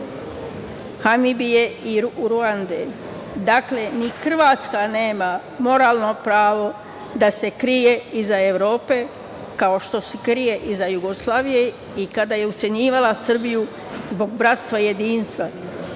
Namibije i Ruande. Dakle, ni Hrvatska nema moralno pravo da se krije iza Evrope, kao što se krije iza Jugoslavije i kada je ucenjivala Srbiju zbog bratstva i jedinstva